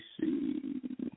see